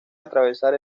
atravesar